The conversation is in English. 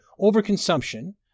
overconsumption